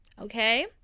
okay